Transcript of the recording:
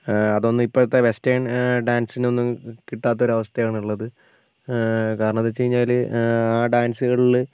അതൊന്നും ഇപ്പോഴത്തെ വെസ്റ്റേൺ ഡാൻസിനൊന്നും കിട്ടാത്തൊരു അവസ്ഥയാണ് ഇള്ളത് കാരണംന്ന് വെച്ച് കഴിഞ്ഞാൽ ആ ഡാൻസികളിൽ